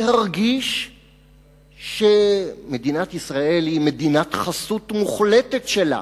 להרגיש שמדינת ישראל היא מדינת חסות מוחלטת שלה.